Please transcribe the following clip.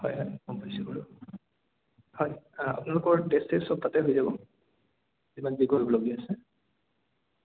হয় হয় গম পাইছো বাৰু হয় আপোনালোকৰ টেষ্ট চেষ্ট চব তাতে হৈ যাব যিমান যি কৰিবলগীয়া আছে